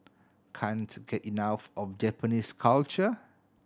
can't get enough of Japanese culture